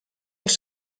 els